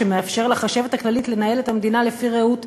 שמאפשר לחשבת הכללית לנהל את המדינה לפי ראות עיניה,